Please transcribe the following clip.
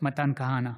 מתן כהנא,